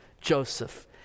Joseph